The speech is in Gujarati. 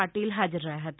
પાટીલ હાજર રહ્યા હતા